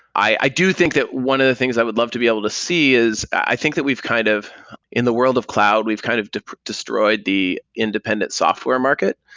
i i do think that one of the things i would love to be able to see is i think that we've kind of in the world of cloud, we've kind of destroyed the independent software market.